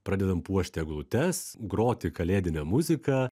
pradedam puošti eglutes groti kalėdinę muziką